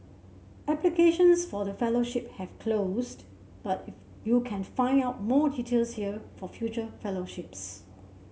applications for the fellowship have closed but if you can find out more details here for future fellowships